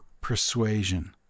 persuasion